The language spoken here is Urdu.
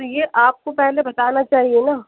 تو یہ آپ کو پہلے بتانا چاہیے نا